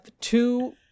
two